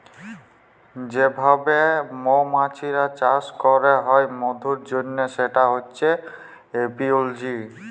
যে ভাবে মমাছির চাষ ক্যরা হ্যয় মধুর জনহ সেটা হচ্যে এপিওলজি